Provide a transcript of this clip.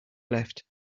left